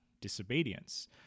disobedience